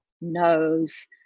knows